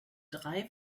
drei